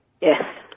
Yes